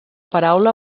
paraula